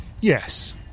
Yes